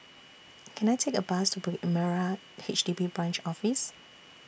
Can I Take A Bus to Bukit Merah H D B Branch Office